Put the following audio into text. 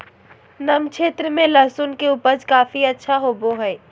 नम क्षेत्र में लहसुन के उपज काफी अच्छा होबो हइ